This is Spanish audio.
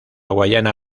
guayana